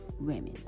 women